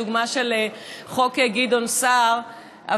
הדוגמה של חוק גדעון סער,